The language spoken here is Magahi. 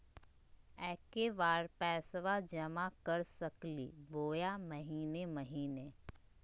एके बार पैस्बा जमा कर सकली बोया महीने महीने?